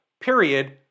period